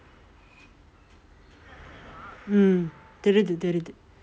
mm தெரியுது தெரியுது:theriyuthu theriyuthu